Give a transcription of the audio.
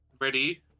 Ready